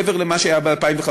מעבר למה שהיה ב-2015.